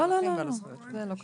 לא, לא, זה לא קשור.